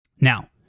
Now